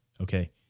Okay